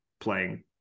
playing